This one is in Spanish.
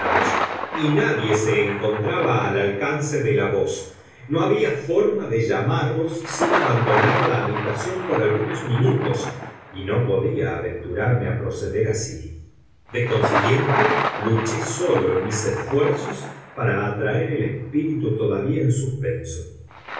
y nadie se encontraba al alcance de la voz no había forma de llamarlos sin abandonar la habitación por algunos minutos y no podía aventurarme a proceder así de consiguiente luché solo en mis esfuerzos para atraer el espíritu todavía en suspenso